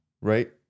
right